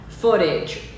footage